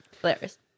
Hilarious